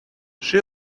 she